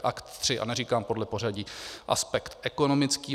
Ad 3, a neříkám podle pořadí, aspekt ekonomický.